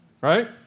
Right